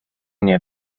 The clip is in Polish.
nie